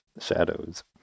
shadows